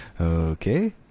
okay